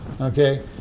Okay